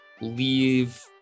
leave